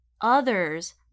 Others